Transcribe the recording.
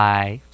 Bye